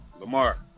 Lamar